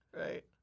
Right